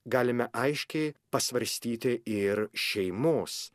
galime aiškiai pasvarstyti ir šeimos